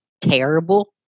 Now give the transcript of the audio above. terrible